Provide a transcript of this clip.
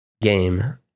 game